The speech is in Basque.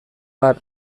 har